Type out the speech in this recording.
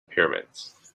pyramids